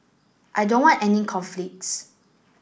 I don't want any conflicts